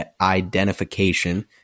identification